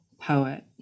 poet